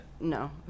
No